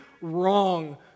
wrong